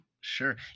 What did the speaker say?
Sure